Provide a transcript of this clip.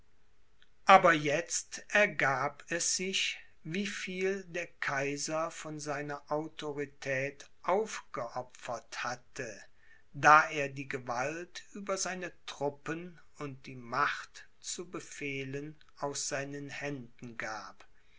aber jetzt ergab es sich wie viel der kaiser von seiner autorität aufgeopfert hatte da er die gewalt über seine truppen und die macht zu befehlen aus seinen händen gab